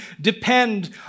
depend